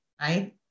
right